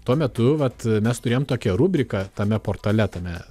tuo metu vat mes turėjom tokią rubriką tame portale tame